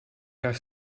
jaar